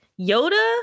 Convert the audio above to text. Yoda